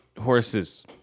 Horses